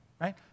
right